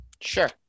Sure